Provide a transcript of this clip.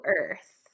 Earth